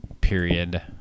period